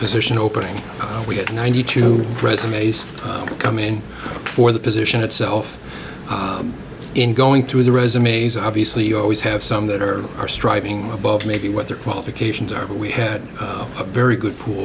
position opening we had ninety two resumes come in for the position itself in going through the resumes obviously you always have some that are are striving above maybe what their qualifications are we had a very good pool